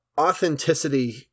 authenticity